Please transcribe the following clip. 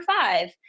five